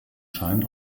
schein